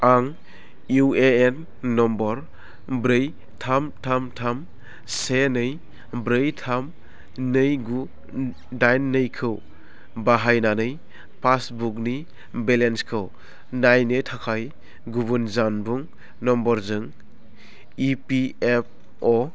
आं UAN number ब्रै थाम थाम थाम से नै ब्रै थाम नै गु दाइन नैखौ बाहायनानै पासबुकनि बेलेन्सखौ नायनो थाखाय गुबुन जानबुं नम्बरजों इपिएफअ